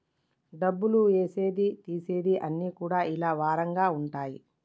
డబ్బులు ఏసేది తీసేది అన్ని కూడా ఇలా వారంగా ఉంటయి